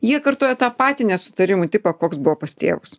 jie kartoja tą patį nesutarimų tipą koks buvo pas tėvus